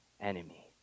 enemy